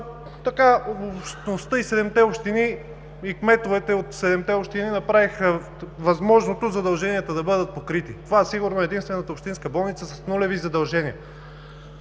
общини и кметовете от седемте общини направиха възможното задълженията й да бъдат покрити. Това сигурно е единствената общинска болница с нулеви задължения.